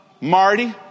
Marty